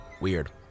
Weird